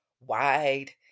wide